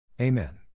Amen